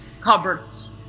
cupboards